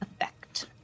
effect